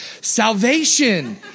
Salvation